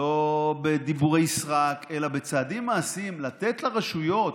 לא בדיבורי סרק, אלא בצעדים מעשיים, לתת לרשויות,